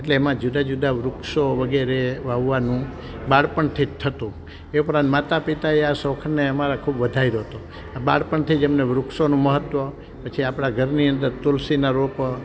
એટલે એમાં જુદા જુદા વૃક્ષો વગેરે વાવવાનું બાળપણથી જ થતું એ ઉપરાંત માતા પિતાએ આ શોખને અમારા ખૂબ વધાર્યો તો આ બાળપણથી જ એમને વૃક્ષોનું મહત્વ પછી આપળા ઘરની અંદર તુલસીના રોપ